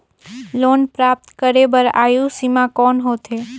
Loan प्राप्त करे बर आयु सीमा कौन होथे?